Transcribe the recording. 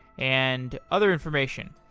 and other information.